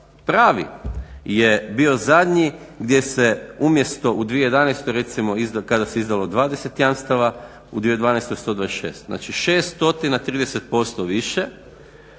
pravi je bio zadnji gdje se umjesto u 2011. recimo kada se izdalo 20 jamstava, u 2012. 126, znači 6 stotina 30% i